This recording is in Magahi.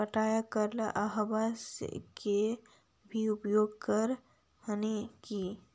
पटाय करे ला अहर्बा के भी उपयोग कर हखिन की?